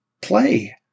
play